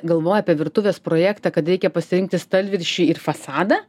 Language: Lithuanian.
galvoja apie virtuvės projektą kad reikia pasirinkti stalviršį ir fasadą